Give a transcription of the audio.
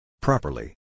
Properly